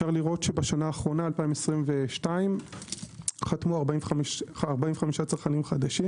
בשנה האחרונה 2022 חתמו 45 צרכנים חדשים